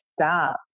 stop